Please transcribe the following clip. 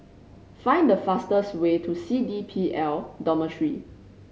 find the fastest way to C D P L Dormitory